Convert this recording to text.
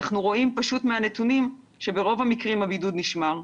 אנחנו רואים מהנתונים שברוב המקרים הבידוד נשמר,